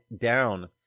down